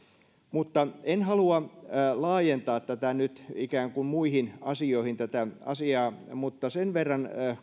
en halua laajentaa nyt ikään kuin muihin asioihin tätä asiaa mutta sen verran